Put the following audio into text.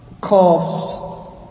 coughs